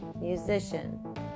musician